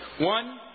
One